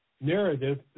narrative